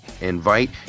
invite